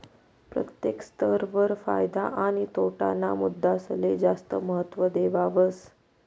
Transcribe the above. प्रत्येक स्तर वर फायदा आणि तोटा ना मुद्दासले जास्त महत्व देवावस